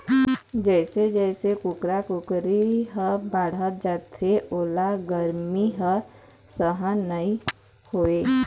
जइसे जइसे कुकरा कुकरी ह बाढ़त जाथे ओला गरमी ह सहन नइ होवय